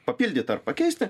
papildyt ar pakeisti